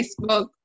Facebook